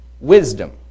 wisdom